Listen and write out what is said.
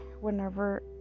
whenever